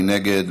מי נגד?